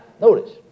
notice